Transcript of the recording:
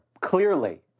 clearly